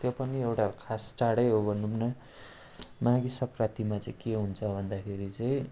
त्यो पनि एउटा खास चाडै हो भनौँ न माघे सङ्क्रान्तिमा चाहिँ के हुन्छ भन्दाखेरि चाहिँ